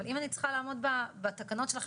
אבל אם אני צריכה לעמוד בתקנות שלכם